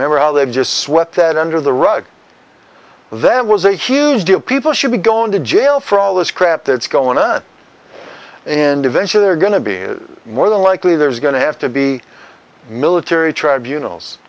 never how they've just swept it under the rug that was a huge deal people should be going to jail for all this crap that's going on and eventually they're going to be is more than likely there's going to have to be military tribunals